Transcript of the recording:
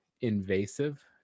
invasive